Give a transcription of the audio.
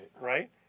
Right